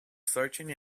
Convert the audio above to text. searching